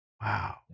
wow